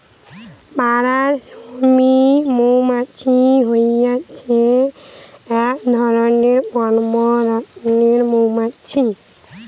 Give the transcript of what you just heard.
পাড়া শ্রমিক মৌমাছি হতিছে এক ধরণের কর্মরত মৌমাছি